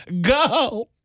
Go